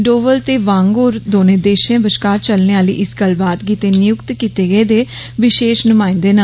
डोवाल ते वांग होर दोने देशे बश्कार चलने आह्ली इस गल्लबात गिते नियुक्त किते गेदे विशेष नुमाइन्दे न